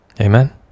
Amen